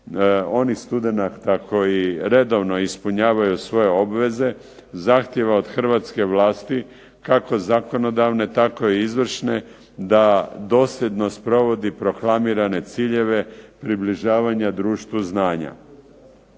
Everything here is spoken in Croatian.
onih studenata koji redovno ispunjavaju svoje obveze, zahtijeva od hrvatske vlasti, kako zakonodavne tako i izvršne da dosljedno provodi proklamirane ciljeve približavanja društvu znanja.